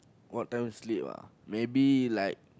what time sleep ah maybe like